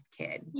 kid